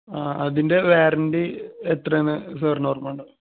ആ അതിൻ്റെ വാറണ്ടി എത്ര ആണെന്ന് സാറിന് ഓർമ്മയുണ്ടോ